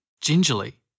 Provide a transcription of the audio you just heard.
gingerly